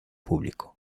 público